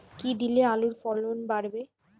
কী দিলে আলুর ফলন বাড়বে?